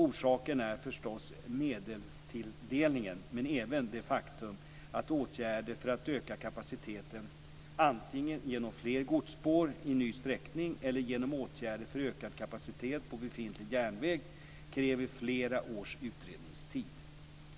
Orsaken är förstås medelstilldelningen men även det faktum att åtgärder för att öka kapaciteten, antingen genom fler godsspår i ny sträckning eller genom åtgärder för ökad kapacitet på befintlig järnväg, kräver flera års utredningstid.